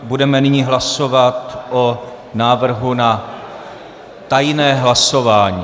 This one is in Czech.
Budeme nyní hlasovat o návrhu na tajné hlasování.